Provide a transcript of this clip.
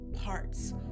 parts